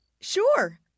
Sure